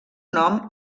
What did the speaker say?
nom